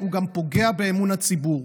גם פוגע באמון הציבור.